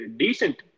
decent